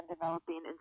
developing